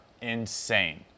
insane